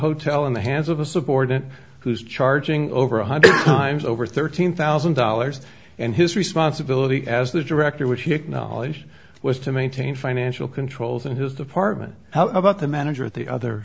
hotel in the hands of a subordinate who's charging over one hundred times over thirteen thousand dollars and his responsibility as the director which he acknowledged was to maintain financial controls in his department how about the manager at the other